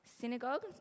Synagogue